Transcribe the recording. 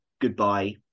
goodbye